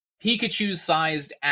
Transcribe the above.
pikachu-sized